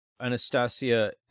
Anastasia